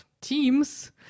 teams